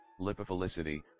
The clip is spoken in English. lipophilicity